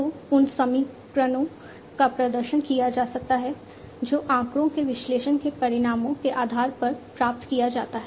तो उन समीकरणों का प्रदर्शन किया जा सकता है जो आंकड़ों के विश्लेषण के परिणामों के आधार पर प्राप्त किया जाता है